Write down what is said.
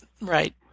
Right